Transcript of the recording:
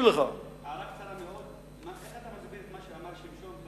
איך אתה מסביר את מה שאמר פעם שמשון,